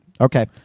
Okay